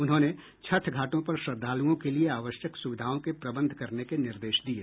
उन्होंने छठ घाटों पर श्रद्धालुओं के लिये आवश्यक सुविधाओं के प्रबंध करने के निर्देश दिये